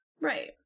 Right